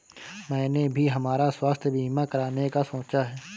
मैंने भी हमारा स्वास्थ्य बीमा कराने का सोचा है